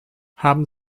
haben